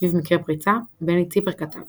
סביב מקרי הפריצה, בני ציפר כתב